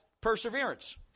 perseverance